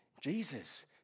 Jesus